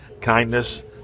kindness